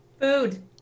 Food